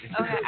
Okay